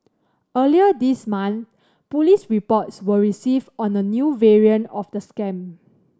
earlier this month police reports were received on a new variant of the scam